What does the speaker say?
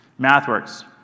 MathWorks